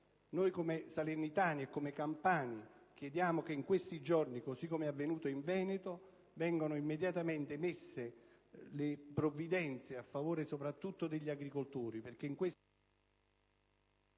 Noi, come salernitani e come campani, chiediamo che in questi giorni, così com'è avvenuto in Veneto, vengano immediatamente emesse le provvidenze a favore degli agricoltori,